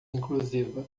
inclusiva